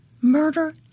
murder